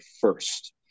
first